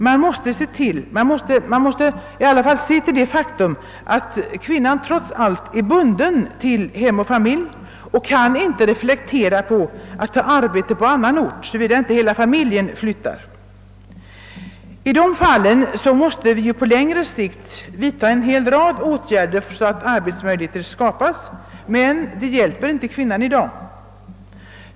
Man måste i alla fall se till det faktum, att kvinnan trots allt är bunden till hem och familj och inte kan reflektera på att ta arbete på annan ort såvida inte hela familjen flyttar. I de fallen måste vi på längre sikt vidtaga en hel rad åtgärder så att arhbetsmöjligheter skapas, men det hjälper inte kvinnan i dag.